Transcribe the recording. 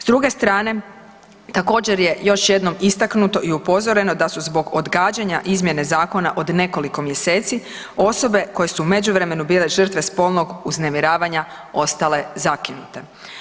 S druge strane, također je još jedanput istaknuto i upozoreno da su zbog odgađanja izmjene zakona od nekoliko mjeseci osobe koje su u međuvremenu bile žrtve spolnog uznemiravanja ostale zakinute.